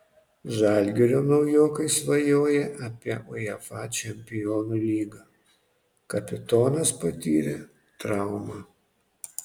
žalgirio naujokai svajoja apie uefa čempionų lygą kapitonas patyrė traumą